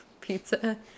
pizza